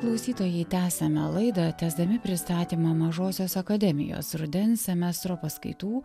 klausytojai tęsiame laidą tęsdami pristatymą mažosios akademijos rudens semestro paskaitų